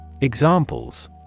Examples